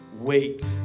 wait